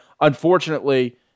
Unfortunately